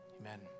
Amen